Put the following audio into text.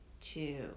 two